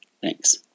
Thanks